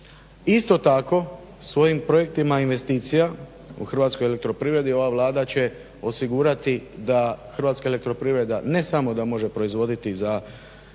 Isto tako, svojim projektima investicija u Hrvatskoj elektroprivredi ova Vlada će osigurati da Hrvatska elektroprivreda ne samo da može proizvoditi za